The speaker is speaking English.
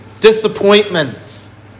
disappointments